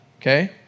Okay